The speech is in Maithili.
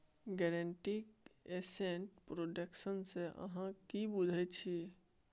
गारंटीड एसेट प्रोडक्शन सँ अहाँ कि बुझै छी